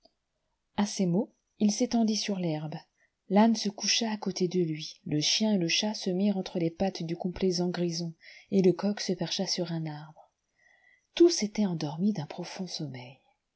a ces mots il s'étendit sur l'herbe l'âne se coucha à côté de lui le chien et le chat se mirent entre les pattes du complaisant grisou et le coq se percha sur un arbre tous étaient endormis d'un profond sommeil